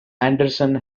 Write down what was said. anderson